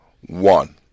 One